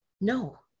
No